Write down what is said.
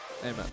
Amen